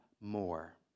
more